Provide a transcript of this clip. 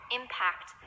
impact